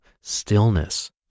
stillness